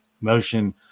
motion